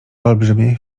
olbrzymie